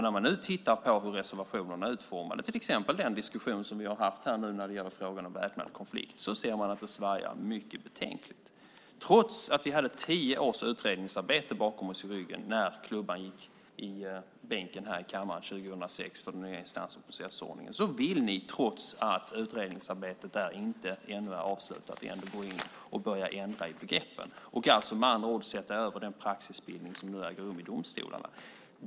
När jag nu tittar på hur reservationerna är utformade, till exempel när det gäller den diskussion som vi har haft nu i frågan om väpnad konflikt, ser jag att det svajar mycket betänkligt. Trots att vi hade tio års utredningsarbete i ryggen när klubban gick i bordet i kammaren 2006 för den nya instans och processordningen vill ni, fastän utredningsarbetet ännu inte är avslutat, börja ändra i begreppen och alltså med andra ord sätta er över den praxisbildning som nu äger rum i domstolarna.